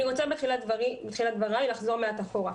בתחילת דבריי אני רוצה לחזור מעט אחורה.